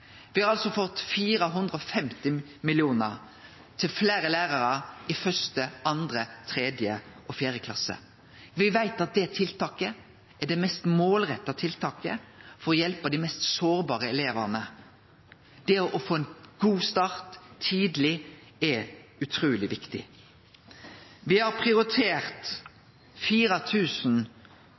Me har altså fått 450 mill. kr til fleire lærarar i 1., 2., 3. og 4. klasse. Me veit at det er det mest målretta tiltaket for å hjelpe dei mest sårbare elevane. Det å få ein god start tidleg er utruleg viktig. Me har prioritert